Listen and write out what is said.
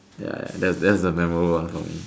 ya that's that's the memorable one for me